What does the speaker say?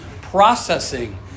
processing